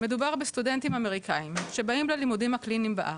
מדובר בסטודנטים אמריקאים שבאים ללימודים הקליניים בארץ,